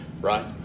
right